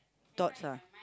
thoughts ah